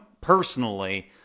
personally